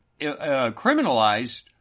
criminalized